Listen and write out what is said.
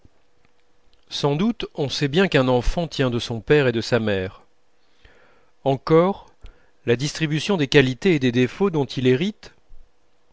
sans doute on sait bien qu'un enfant tient de son père et de sa mère encore la distribution des qualités et des défauts dont il hérite